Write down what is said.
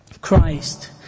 Christ